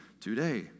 today